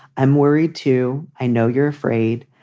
i'm worried, too. i know you're afraid